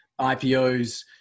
IPOs